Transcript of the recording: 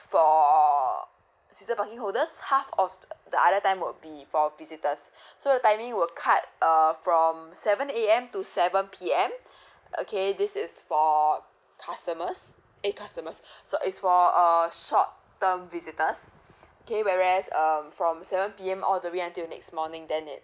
for season parking holders half of the other time would be for visitors so the timing will cut err from seven A_M to seven P_M okay this is for customers eh customers so it's for err short term visitors okay whereas um from seven P_M all the way until next morning then its